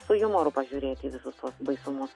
su jumoru pažiūrėti į visus baisumus